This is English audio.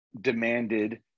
demanded